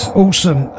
awesome